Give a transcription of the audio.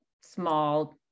small